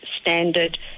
standard